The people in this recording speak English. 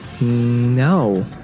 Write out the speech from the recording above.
No